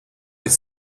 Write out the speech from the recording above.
les